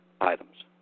items